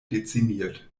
dezimiert